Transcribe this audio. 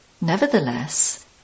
nevertheless